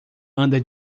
anda